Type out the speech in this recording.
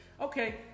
Okay